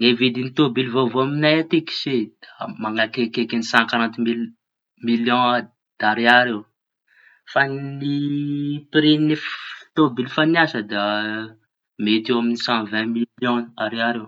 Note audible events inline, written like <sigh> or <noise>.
Ny vidiñy tômôbily vaovao amiñay atiky se da mañakaikikaiky ny sankaranty miliaon a <hesitation> dariary eo ny pri ny. F- tômobily efa niasa da mety eo amiñy sanvainmily ariary eo.